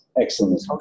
Excellent